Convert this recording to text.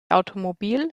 automobil